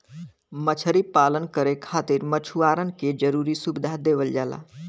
मछरी पालन करे खातिर मछुआरन के जरुरी सुविधा देवल जाला